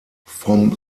vom